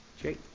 Jake